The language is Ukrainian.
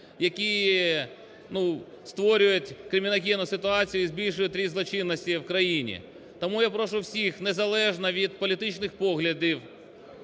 які створюють криміногенну ситуацію і збільшують ріст злочинності в країні. Тому я прошу всіх, незалежно від політичних поглядів,